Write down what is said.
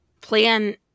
plan